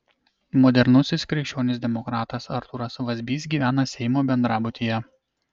modernusis krikščionis demokratas artūras vazbys gyvena seimo bendrabutyje